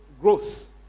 growth